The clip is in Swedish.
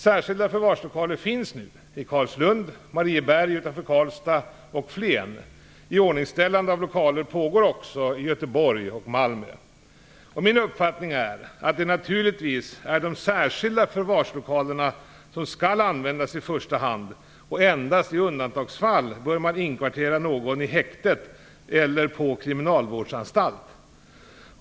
Särskilda förvarslokaler finns nu i Iordningställande av lokaler pågår också i Göteborg och Malmö. Min uppfattning är att det naturligtvis är de särskilda förvarslokalerna som skall användas i första hand, och endast i undantagsfall bör man inkvartera någon i häktet eller på kriminalvårdsanstalt.